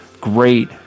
great